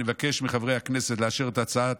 אני מבקש מחברי הכנסת לאשר את ההצעה